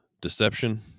deception